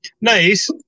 Nice